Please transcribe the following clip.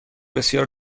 بسیار